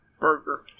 burger